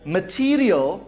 material